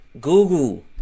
Google